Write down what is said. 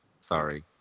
sorry